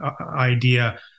idea